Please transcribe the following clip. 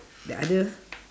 the other